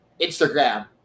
Instagram